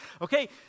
okay